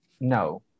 No